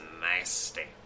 nasty